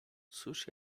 cóż